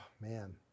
man